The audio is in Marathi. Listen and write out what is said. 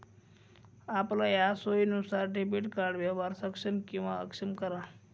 आपलया सोयीनुसार डेबिट कार्ड व्यवहार सक्षम किंवा अक्षम करा